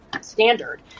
standard